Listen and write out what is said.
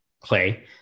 Clay